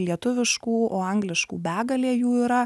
lietuviškų o angliškų begalė jų yra